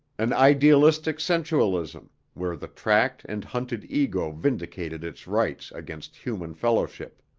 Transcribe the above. an idealistic sensualism, where the tracked and hunted ego vindicated its rights against human fellowship.